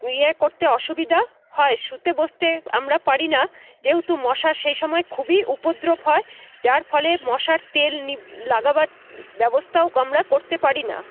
ইয়ে করতে অসুবিধা হয় শুতে বসতে আমরা পারি না যেহেতু মশার সেই সময় খুবই উপদ্রব হয় যার ফলে মশার তেল নিব লাগাবার ব্যবস্থাও আমরা করতে পারি না